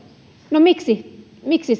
no miksi miksi